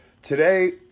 Today